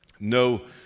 No